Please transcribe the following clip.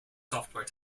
software